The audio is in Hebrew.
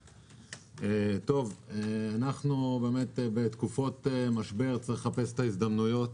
היושב-ראש, בתקופות משבר צריכים לחפש הזדמנויות.